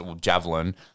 Javelin